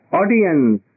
audience